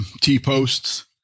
t-posts